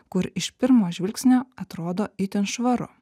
kur iš pirmo žvilgsnio atrodo itin švaru